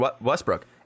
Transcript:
Westbrook